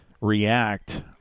react